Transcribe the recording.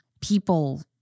people